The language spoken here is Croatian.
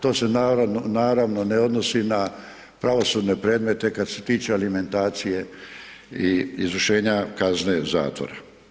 To se naravno ne odnosni na pravosudne predmete kad se tiče alimentacije i izvršenje kazne zatvora.